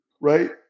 right